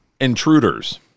intruders